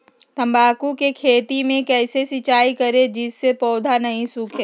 तम्बाकू के खेत मे कैसे सिंचाई करें जिस से पौधा नहीं सूखे?